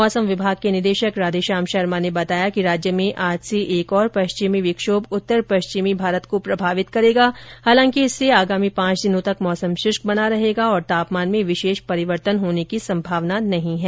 मौसम विभाग के निदेशक राधेश्याम शर्मा ने बताया कि राज्य में आज से एक और पश्चिमी विक्षोभ उत्तर पश्चिमी भारत को प्रभावित करेगा हालांकि इससे आगामी पांच दिनों तक मौसम शुष्क बना रहेगा और तापमान में विशेष परिवर्तन होने की सम्भावना नहीं है